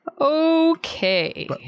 Okay